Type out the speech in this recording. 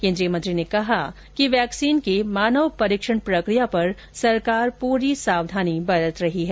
केन्द्रीय मंत्री ने कहा कि वेक्सीन के मानव परीक्षण प्रक्रिया पर सरकार पूरी सावधानी बरत रही है